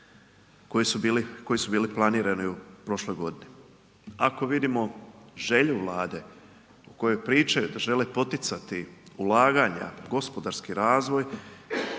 koji su bili planirani u prošloj godini. Ako vidimo želju Vlade o kojoj pričaju da žele poticati ulaganja, gospodarski razvoj